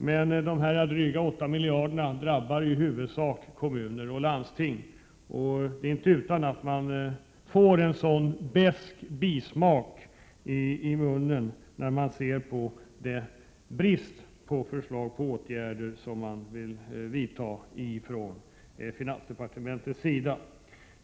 Men de drygt 8 miljarderna drabbar i huvudsak kommuner och landsting. Det är inte utan att det blir en besk bismak i munnen, när man konstaterar bristen på förslag till åtgärder från finansdepartementets sida.